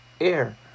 air